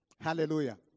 Hallelujah